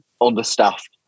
understaffed